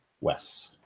Wes